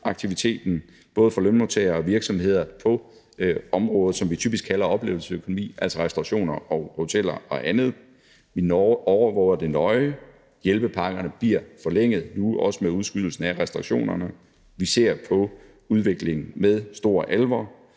aktiviteten, både for lønmodtagere og virksomheder på området, som vi typisk kalder oplevelsesøkonomi, altså restaurationer og hoteller og andet. Vi overvåger det nøje, og hjælpepakkerne bliver forlænget, nu også med udskydelsen af åbningen af restaurationerne. Vi ser på udviklingen med stor alvor.